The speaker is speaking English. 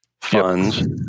funds